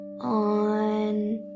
on